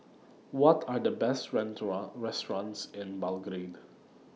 What Are The Best restaurants in Belgrade